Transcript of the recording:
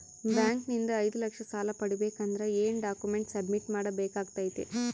Bank ನಿಂದ ಐದು ಲಕ್ಷ ಸಾಲ ಪಡಿಬೇಕು ಅಂದ್ರ ಏನ ಡಾಕ್ಯುಮೆಂಟ್ ಸಬ್ಮಿಟ್ ಮಾಡ ಬೇಕಾಗತೈತಿ?